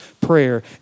prayer